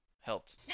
helped